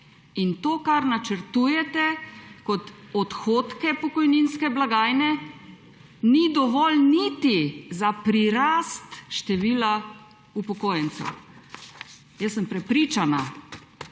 To, kar načrtujete kot odhodke pokojninske blagajne, ni dovolj niti za prirast števila upokojencev. Jaz sem prepričana,